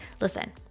Listen